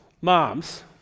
moms